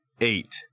Eight